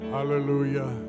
Hallelujah